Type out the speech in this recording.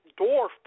dwarf